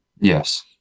Yes